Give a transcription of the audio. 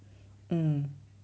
mm